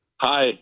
Hi